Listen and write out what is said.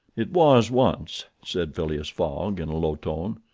it was once, said phileas fogg, in a low tone.